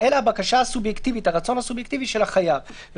אלא הבקשה הסובייקטיבית והרצון הסובייקטיבי של החייב.